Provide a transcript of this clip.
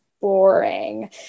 boring